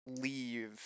leave